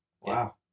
Wow